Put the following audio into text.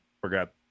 forgot